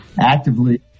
actively